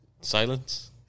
Silence